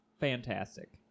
fantastic